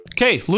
Okay